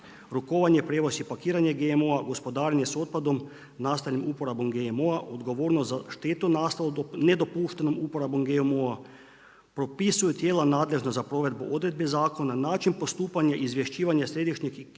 rukovanje, prijevoz i pakiranje GMO-a, gospodarenje sa otpadom nastalim uporabom GMO-a, odgovornost za štetu nastalu nedopuštenom uporabom GMO-a propisuju tijela nadležna za provedbu odredbi zakona način postupanja izvješćivanja središnjih i